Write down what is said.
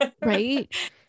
Right